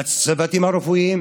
לצוותים הרפואיים,